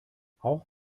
auch